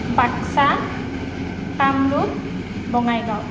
Baksa Kamrup Bongaigaon